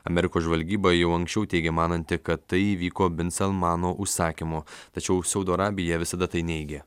amerikos žvalgyba jau anksčiau teigė mananti kad tai įvyko bin salmano užsakymu tačiau saudo arabija visada tai neigė